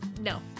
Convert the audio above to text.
No